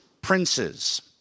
princes